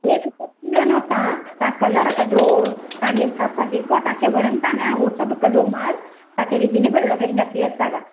हे सुठो तव्हां तव्हां कलर कढो तव्हां जे हिसाब सां जेको तव्हांखे वणनि था न उहो सहु कढो माल तव्हां खे रिजनेबल लॻाईंदासीं असां